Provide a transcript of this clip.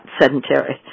sedentary